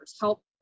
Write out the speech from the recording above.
Help